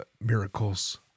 miracles